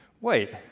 Wait